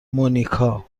مونیکا